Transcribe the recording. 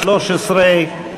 התשע"ג 2013,